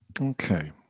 Okay